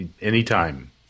anytime